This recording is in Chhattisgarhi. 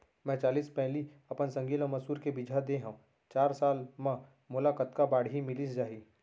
मैं चालीस पैली अपन संगी ल मसूर के बीजहा दे हव चार साल म मोला कतका बाड़ही मिलिस जाही?